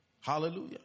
Hallelujah